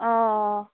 অঁ